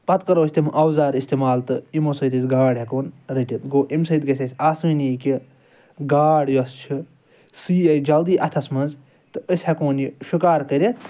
پَتہٕ کرو أسۍ تِم اوزار اِستعمال تہٕ یمو سۭتۍ أسۍ گاڈ ہیٚکون رٔٹِتھ گوٚو امہ سۭتۍ گَژھِ اَسہِ آسٲنی کہ گاڈ یوٚس چھِ سُہ یی اَسہِ جلدی اَتھَس مَنٛز تہٕ أسۍ ہیٚکون یہِ جلدی شِکار کٔرِتھ